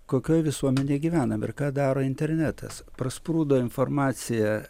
kokioj visuomenėj gyvenam ir ką daro internetas prasprūdo informacija